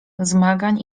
zmagań